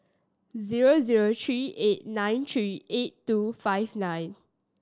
zero zero three eight nine three eight two five nine